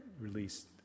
released